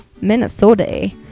minnesota